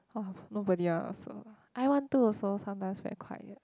!wah! nobody [one] also I one two also sometimes very quiet